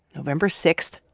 november six,